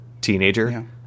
teenager